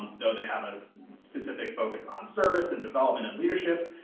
though they have a specific focus on service and development and leadership,